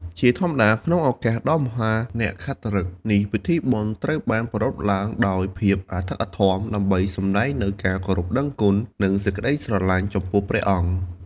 ជាធម្មតា ក្នុងឱកាសដ៏មហានក្ខត្តឫក្សនេះ ពិធីបុណ្យត្រូវបានប្រារព្ធឡើងដោយភាពអធិកអធម ដើម្បីសម្ដែងនូវការគោរពដឹងគុណ និងសេចក្តីស្រឡាញ់ចំពោះព្រះអង្គ។